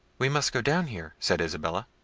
we must go down here, said isabella.